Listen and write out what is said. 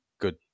good